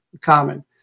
common